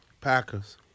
Packers